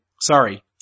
Sorry